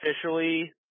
officially